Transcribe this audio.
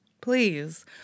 please